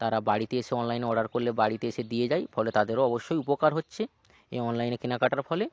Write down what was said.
তারা বাড়িতে এসে অনলাইনে অর্ডার করলে বাড়িতে এসে দিয়ে যায় ফলে তাদেরও অবশ্যই উপকার হচ্ছে এই অনলাইনে কেনকাটার ফলে